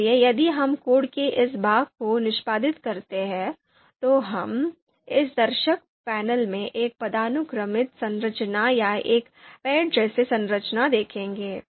इसलिए यदि हम कोड के इस भाग को निष्पादित करते हैं तो हम इस दर्शक पैनल में एक पदानुक्रमित संरचना या एक पेड़ जैसी संरचना देखेंगे